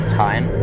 time